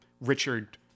Richard